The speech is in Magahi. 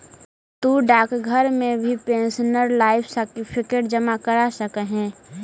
तु डाकघर में भी पेंशनर लाइफ सर्टिफिकेट जमा करा सकऽ हे